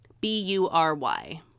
B-U-R-Y